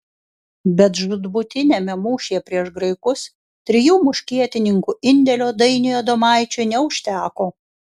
bet žūtbūtiniame mūšyje prieš graikus trijų muškietininkų indėlio dainiui adomaičiui neužteko